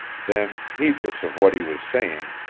then, heedless of what he was saying,